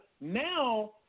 now